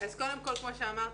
כמו שאמרת,